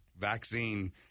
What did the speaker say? vaccine